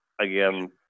again